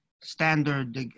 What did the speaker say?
standard